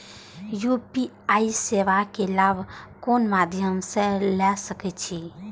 UPI सेवा के लाभ कोन मध्यम से ले सके छी?